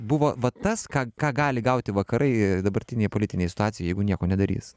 buvo va tas ką ką gali gauti vakarai dabartinėj politinėj situacijoj jeigu nieko nedarys